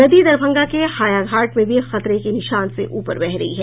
नदी दरभंगा के हायाघाट में भी खतरे के निशान से ऊपर बह रही हैं